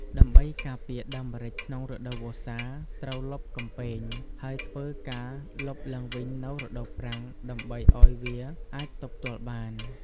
ដើម្បីការពារដើមម្រេចក្នុងរដូវវស្សា ត្រូវលប់កំពែងហើយធ្វើការលប់ឡើងវិញនៅរដូវប្រាំងដើម្បីឱ្យវាអាចទប់ទល់បាន។